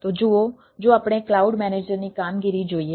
તો જુઓ જો આપણે ક્લાઉડ મેનેજરની કામગીરી જોઈએ